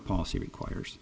policy requires